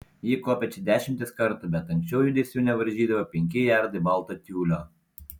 ji kopė čia dešimtis kartų bet anksčiau judesių nevaržydavo penki jardai balto tiulio